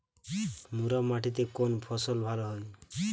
মুরাম মাটিতে কোন ফসল ভালো হয়?